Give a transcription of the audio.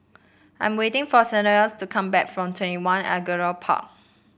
I am waiting for Cletus to come back from TwentyOne Angullia Park